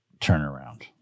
turnaround